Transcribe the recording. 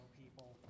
people